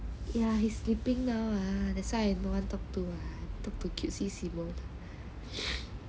yeah he's sleeping now lah that's why I no one talk to cutesie sibo